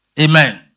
amen